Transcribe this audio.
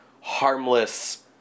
harmless